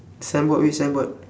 signboard which signboard